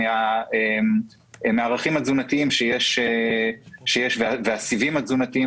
מן הערכים התזונתיים והסיבים התזונתיים